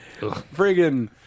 friggin